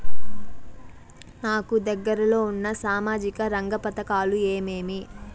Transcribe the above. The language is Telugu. నాకు దగ్గర లో ఉన్న సామాజిక రంగ పథకాలు ఏమేమీ?